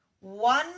one